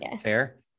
Fair